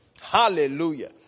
Hallelujah